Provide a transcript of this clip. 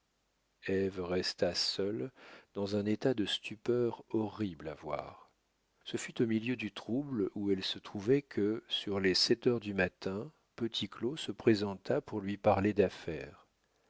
ève resta seule dans un état de stupeur horrible à voir ce fut au milieu du trouble où elle se trouvait que sur les sept heures du matin petit claud se présenta pour lui parler d'affaires